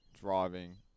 driving